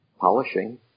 polishing